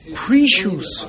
precious